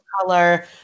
color